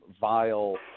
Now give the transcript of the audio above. vile